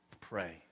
pray